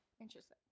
Interesting